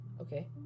Okay